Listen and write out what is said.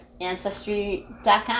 Ancestry.com